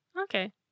Okay